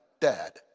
Dad